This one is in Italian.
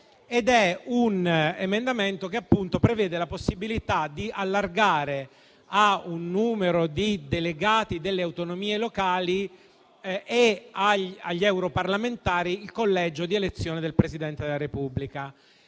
È un emendamento che appunto prevede la possibilità di allargare a un numero di delegati delle autonomie locali e agli europarlamentari il collegio di elezione del Presidente della Repubblica.